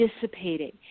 dissipating